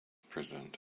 president